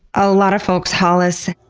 a lot of folks hollis,